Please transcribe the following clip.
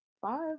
five